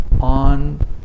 on